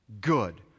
good